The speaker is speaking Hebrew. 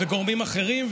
וגורמים אחרים,